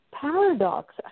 paradox